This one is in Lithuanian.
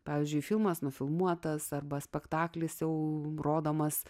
pavyzdžiui filmas nufilmuotas arba spektaklis jau rodomas